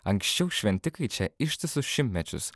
anksčiau šventikai čia ištisus šimtmečius